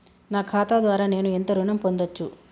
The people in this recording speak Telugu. నా ఖాతా ద్వారా నేను ఎంత ఋణం పొందచ్చు?